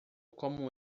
como